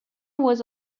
was